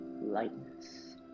lightness